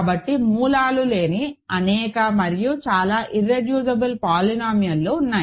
కాబట్టి మూలాలు లేని అనేక మరియు చాలా ఇర్రెడ్యూసిబుల్ పోలినామియల్లు ఉన్నాయి